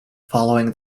following